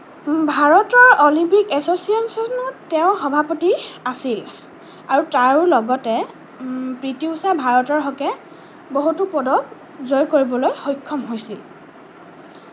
ভাৰতৰ অলিম্পিক এচ'ছিয়েচনত তেওঁ সভাপতি আছিল আৰু তাৰো লগতে পি টি ঊষাই ভাৰতৰ হকে বহুতো পদক জয় কৰিবলৈ সক্ষম হৈছিল